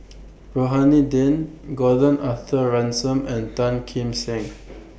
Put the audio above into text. Rohani Din Gordon Arthur Ransome and Tan Kim Seng